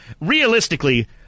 Realistically